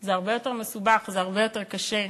זה הרבה יותר מסובך, זה הרבה יותר קשה,